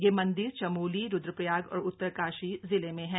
ये मंदिर चमोली रूद्र प्रयाग और उत्तरकाशी जिलें में हैं